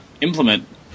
implement